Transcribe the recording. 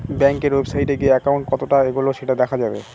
ব্যাঙ্কের ওয়েবসাইটে গিয়ে একাউন্ট কতটা এগোলো সেটা দেখা যাবে